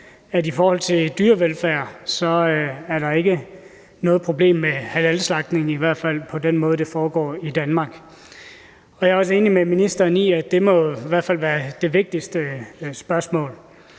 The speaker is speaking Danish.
at i forhold til dyrevelfærd er der ikke noget problem med halalslagtning, i hvert fald ikke på den måde, det foregår i Danmark. Jeg er enig med ministeren i, at det i hvert fald må være det vigtigste spørgsmål.